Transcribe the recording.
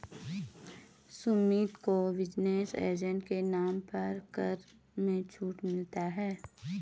सुमित को business asset के नाम पर कर में छूट मिलता है